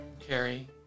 Carrie